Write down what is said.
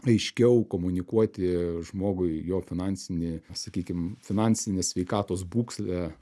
aiškiau komunikuoti žmogui jo finansinį sakykim finansinės sveikatos būklę